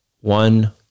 One